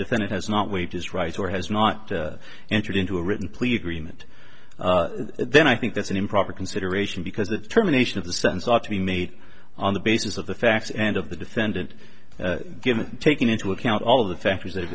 defendant has not waived his rights or has not entered into a written plea agreement then i think that's an improper consideration because it's terminations of the sentence ought to be made on the basis of the facts and of the defendant given taking into account all of the factors that